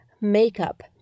makeup